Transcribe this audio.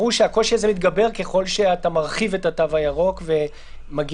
ברור שהקושי הזה מתגבר ככל שאתה מרחיב את התו הירוק ומגיע